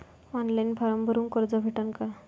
Online form भरून कर्ज भेटन का?